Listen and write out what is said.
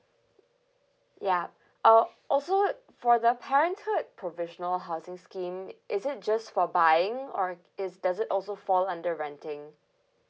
yup oh also for the parenthood provisional housing scheme is it just for buying or it's does it also fall under renting